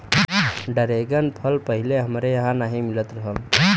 dragon फल पहिले हमरे इहाँ नाही मिलत रहल